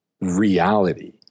reality